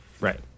Right